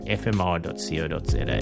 fmr.co.za